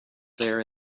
there